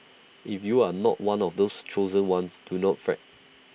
if you are not one of the chosen ones do not fret